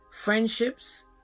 Friendships